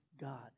God